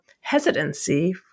hesitancy